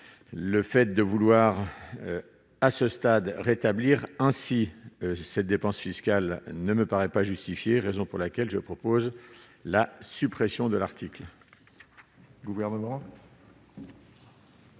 le fait de vouloir à ce stade, rétablir ainsi cette dépense fiscale ne me paraît pas justifié, raison pour laquelle je propose la suppression de l'article.